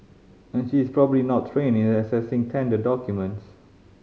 and she is probably not trained in assessing tender documents